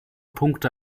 punkte